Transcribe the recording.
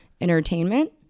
entertainment